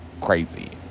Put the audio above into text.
Crazy